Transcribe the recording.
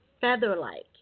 feather-like